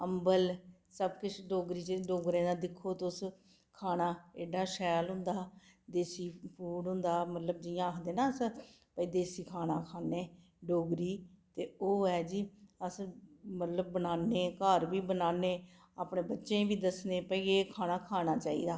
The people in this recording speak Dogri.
अम्बल सब किश डोगरी च डोगरें दा दिक्खो तुस खाना ऐह्ड़ा शैल होंदा देसी फूड होंदा मतलब जि'यां आखदे नां अस देसी खाना खाने डोगरी ते ओह् ऐ जी अस बनाने मतलब घर बी बनाने अपने बच्चें गी दस्सने भैई एह् खाना खाना चाहिदा